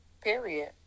Period